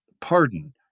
pardon